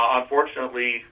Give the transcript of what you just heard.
unfortunately